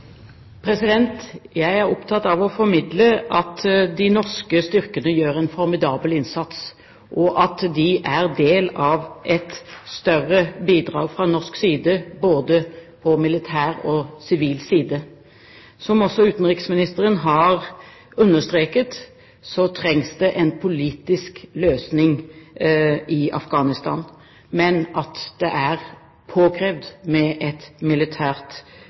Jeg er opptatt av å formidle at de norske styrkene gjør en formidabel innsats, og at de er del av et større norsk bidrag både på militær og sivil side. Som også utenriksministeren har understreket, trengs det en politisk løsning i Afghanistan, men at det er påkrevd med et militært